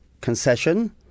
concession